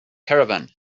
caravan